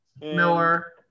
Miller